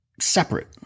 separate